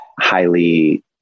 highly